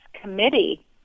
committee